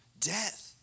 death